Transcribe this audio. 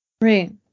Right